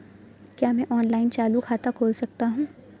क्या मैं ऑनलाइन चालू खाता खोल सकता हूँ?